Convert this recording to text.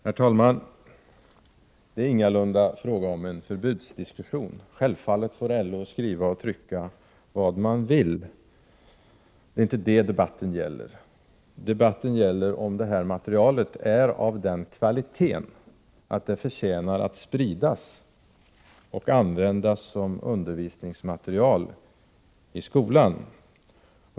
Herr talman! Det är ingalunda fråga om en förbudsdiskussion. Självfallet får LO skriva och trycka vad man vill. Det är inte det debatten gäller. Debatten gäller om det här materialet är av den kvaliteten att det förtjänar att spridas och användas som undervisningsmaterial i skolan.